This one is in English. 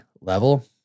level